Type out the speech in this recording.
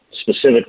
specifically